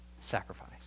sacrifice